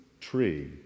tree